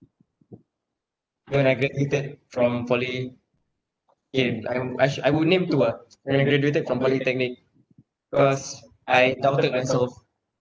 when I graduated from poly K I'm I should I would name two ah when I graduated from polytechnic cause I doubted myself